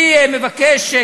אני מבקש,